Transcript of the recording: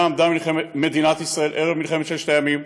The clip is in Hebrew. עמדה מדינת ישראל ערב מלחמת ששת הימים,